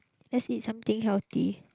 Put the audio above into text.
let's eat something healthy